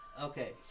Okay